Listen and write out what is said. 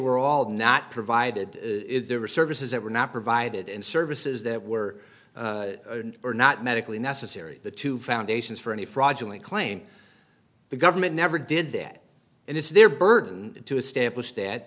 were all not provided there were services that were not provided and services that were are not medically necessary the two foundations for any fraudulent claim the government never did that and it's their burden to establish that